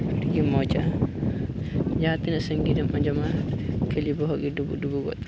ᱟᱹᱰᱤᱜᱮ ᱢᱚᱡᱽᱼᱟ ᱡᱟᱦᱟᱸ ᱛᱤᱱᱟᱹᱜ ᱥᱟᱺᱜᱤᱧ ᱨᱮᱦᱚᱢ ᱟᱸᱡᱚᱢᱟ ᱠᱷᱟᱹᱞᱤ ᱵᱚᱦᱚᱜ ᱜᱮ ᱰᱩᱵᱩᱠ ᱰᱩᱵᱩᱠᱚᱜ ᱛᱟᱢᱟ